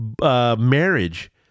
Marriage